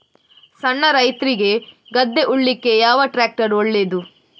ಸಣ್ಣ ರೈತ್ರಿಗೆ ಗದ್ದೆ ಉಳ್ಳಿಕೆ ಯಾವ ಟ್ರ್ಯಾಕ್ಟರ್ ಒಳ್ಳೆದು?